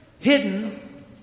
Hidden